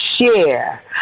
share